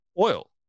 oil